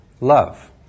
love